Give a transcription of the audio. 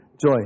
joy